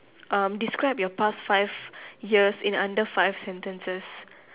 um describe your past five years in under five sentences